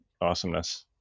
awesomeness